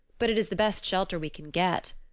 but it is the best shelter we can get,